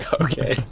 Okay